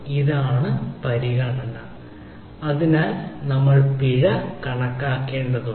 ഇതാണ് പരിഗണന അതിനാൽ നമ്മൾ പിഴ കണക്കാക്കേണ്ടതുണ്ട്